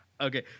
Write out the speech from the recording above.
Okay